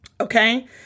Okay